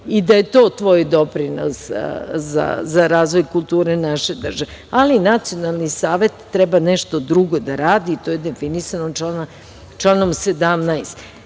i da je to tvoj doprinos za razvoj kulture naše države, ali Nacionalni savet treba nešto drugo da radi i to je definisano članom 17.Ako